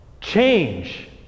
change